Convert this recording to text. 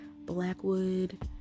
Blackwood